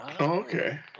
Okay